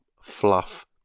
fluff